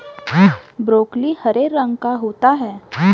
broccoli हरे रंग का होता है